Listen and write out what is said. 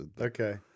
Okay